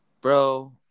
bro